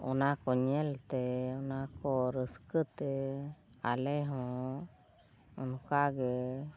ᱚᱱᱟ ᱠᱚ ᱧᱮᱞᱛᱮ ᱚᱱᱟᱠᱚ ᱨᱟᱹᱥᱠᱟᱹᱛᱮ ᱟᱞᱮᱦᱚᱸ ᱚᱱᱠᱟ ᱜᱮ